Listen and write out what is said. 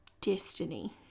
destiny